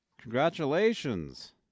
Congratulations